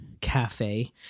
Cafe